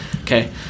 Okay